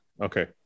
Okay